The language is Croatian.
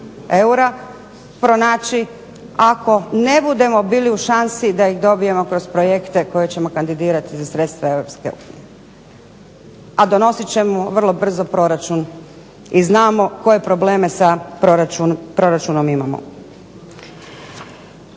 eura pronaći ako ne budemo bili u šansi da ih dobijemo kroz projekte koje ćemo kandidirati za sredstva Europske unije, a donosit ćemo vrlo brzo proračun i znamo koje probleme sa proračunom imamo.